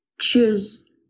choose